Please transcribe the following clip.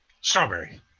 Strawberry